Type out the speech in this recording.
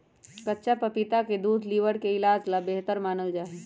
कच्चा पपीता के दूध लीवर के इलाज ला बेहतर मानल जाहई